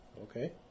Okay